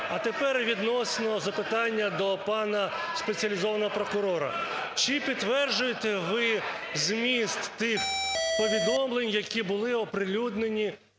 А тепер відносно запитання до пана спеціалізованого прокурора. Чи підтверджуєте ви зміст тих повідомлень, які були оприлюднені